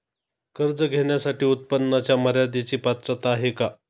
कर्ज घेण्यासाठी उत्पन्नाच्या मर्यदेची पात्रता आहे का?